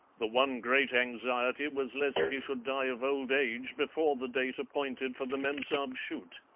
the one great anxiety was lest he should die of old age before the date appointed for the memsahib's shoot.